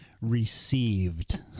Received